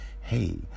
Hey